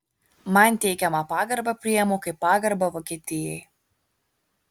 man teikiamą pagarbą priimu kaip pagarbą vokietijai